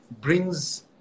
brings